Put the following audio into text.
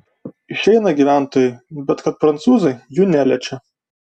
išeina gyventojai bet kad prancūzai jų neliečią